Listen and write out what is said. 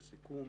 לסיכום,